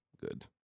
Good